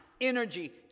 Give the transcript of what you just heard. energy